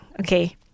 Okay